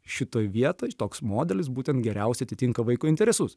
šitoj vietoj toks modelis būtent geriausiai atitinka vaiko interesus